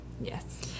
Yes